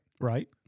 Right